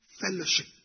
fellowship